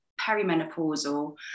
perimenopausal